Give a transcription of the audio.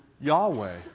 Yahweh